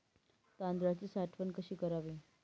तांदळाची साठवण कशी करावी?